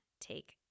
take